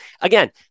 Again